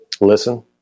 Listen